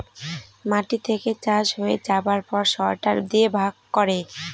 মাটি থেকে চাষ হয়ে যাবার পর সরটার দিয়ে ভাগ করে